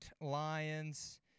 Lions